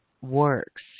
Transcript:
works